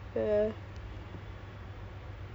boleh lah kalau